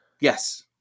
Yes